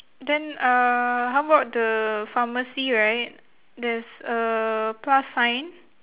then uh how about the pharmacy right there's a plus sign